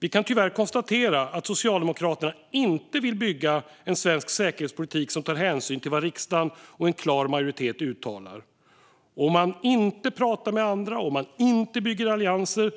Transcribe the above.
Vi kan tyvärr konstatera att Socialdemokraterna inte vill bygga en svensk säkerhetspolitik som tar hänsyn till vad riksdagen och en klar majoritet uttalar. Om man inte pratar med andra och inte bygger allianser